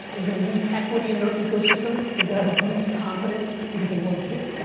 is gonna lose equity in their ecosystem. is gonna have a bruised confidence. because they weren't